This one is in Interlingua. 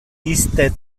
iste